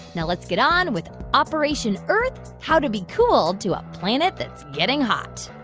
now let's get on with operation earth how to be cool to a planet that's getting hot